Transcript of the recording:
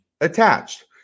attached